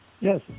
Yes